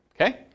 Okay